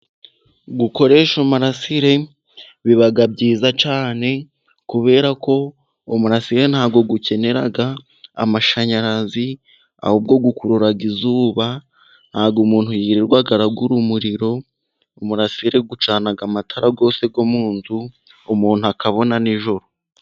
Gukoresha umurasire biba byiza cyane, kubera ko umurasire ntabwo ukenera amashanyarazi, ahubwo ukurura izuba, ntabwo umuntu yirirwa agura umuriro, umurasire ucana amatara yose yo mu nzu umuntu akabona nijoro.